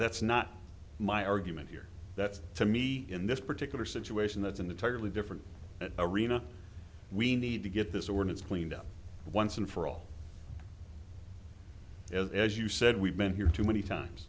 that's not my argument here that's to me in this particular situation that's an entirely different arena we need to get this ordinance cleaned up once and for all as you said we've been here too many times